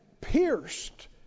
pierced